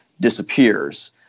disappears